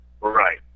Right